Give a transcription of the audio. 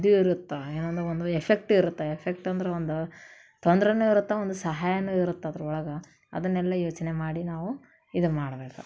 ಇದು ಇರುತ್ತೆ ಏನಂದ್ರೆ ಒಂದು ಎಫೆಕ್ಟ್ ಇರುತ್ತೆ ಎಫೆಕ್ಟ್ ಅಂದ್ರೆ ಒಂದು ತೊಂದ್ರೆಯೂ ಇರತ್ತೆ ಒಂದು ಸಹಾಯವೂ ಇರುತ್ತೆ ಅದ್ರೊಳಗೆ ಅದನ್ನೆಲ್ಲ ಯೋಚನೆ ಮಾಡಿ ನಾವು ಇದನ್ನು ಮಾಡ್ಬೇಕು